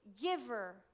giver